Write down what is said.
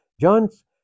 John's